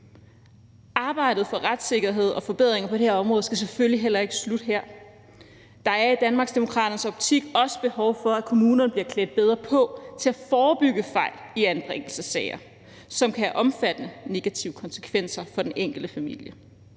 Arbejdet for retssikkerhed og forbedringer på det her område skal selvfølgelig heller ikke slutte her. Der er i Danmarksdemokraternes optik også behov for, at kommunerne bliver klædt bedre på til at forebygge fejl i anbringelsessager, som kan have omfattende negative konsekvenser for den enkelte familie.